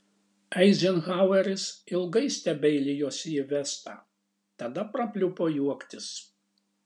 eizenhaueris ilgai stebeilijosi į vestą tada prapliupo juoktis